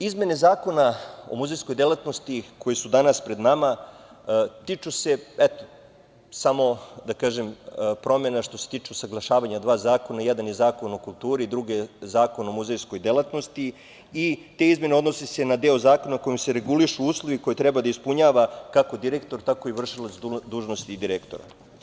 Izmene Zakona o muzejskoj delatnosti koji su danas pred nama, tiču se eto, samo da kažem, promena što se tiče usaglašavanja dva zakona, jedan je Zakon o kulturi, drugi je Zakon o muzejskoj delatnosti i te izmene se odnose na deo zakona kojim se regulišu uslovi koje treba da ispunjava kako direktor tako i vršilac dužnosti direktora.